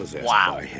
Wow